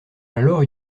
alors